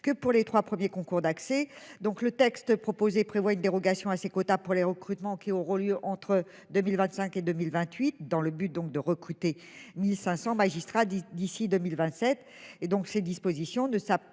que pour les 3 premiers concours d'accès donc le texte proposé prévoit une dérogation à ces quotas pour les recrutements, qui auront lieu entre 2025 et 2028 dans le but donc de recruter 1500 magistrats d'ici 2027 et donc ces dispositions ne s'appliqueront pas